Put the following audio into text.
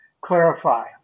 clarify